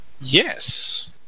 Yes